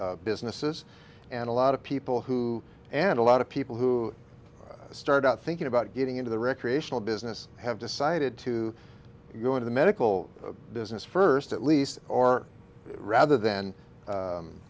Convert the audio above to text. businesses and a lot of people who and a lot of people who start out thinking about getting into the recreational business have decided to go into the medical business first at least or rather than